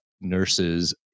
nurses